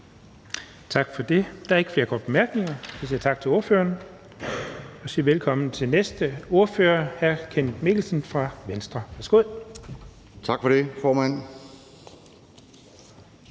Tak for det. Der er ikke flere korte bemærkninger. Vi siger tak til ordføreren og siger velkommen til næste ordfører, hr. Kenneth Mikkelsen fra Venstre. Værsgo. Kl. 12:49 (Ordfører)